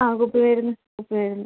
ആ കുപ്പി ആയിരുന്നു കുപ്പി ആയിരുന്നു